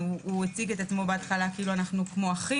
הוא הציג עצמו בהתחלה כאילו אנחנו כמו אחים,